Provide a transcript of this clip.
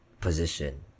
position